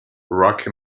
rocky